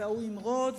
וההוא ימרוד,